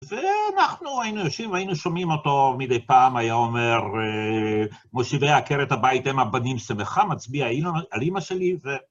ואנחנו היינו יושבים, והיינו שומעים אותו מדי פעם, היה אומר, מושיבי עקרת הביתה אם הבנים שמחה, מצביע על אמא שלי, ו...